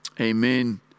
Amen